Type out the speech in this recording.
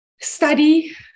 Study